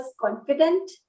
confident